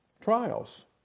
trials